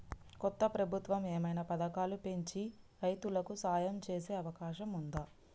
కొత్త ప్రభుత్వం ఏమైనా పథకాలు పెంచి రైతులకు సాయం చేసే అవకాశం ఉందా?